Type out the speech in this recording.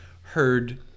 heard